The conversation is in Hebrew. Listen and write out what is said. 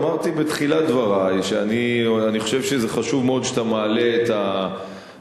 אמרתי בתחילת דברי שאני חושב שזה חשוב מאוד שאתה מעלה את הנושא